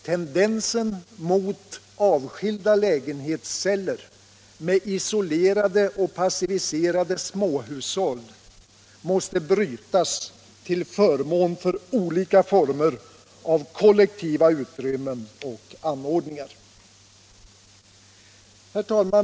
Tendensen mot avskilda lägenhetsceller med isolerade och passiviserande småhushåll måste brytas till förmån för olika former av kollektiva utrymmen och anordningar.